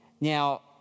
Now